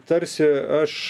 tarsi aš